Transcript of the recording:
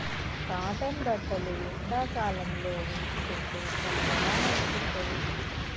cotton బట్టలు ఎండాకాలం లో వేసుకుంటే చల్లగా అనిపిత్తది